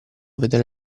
vedere